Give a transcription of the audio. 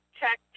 check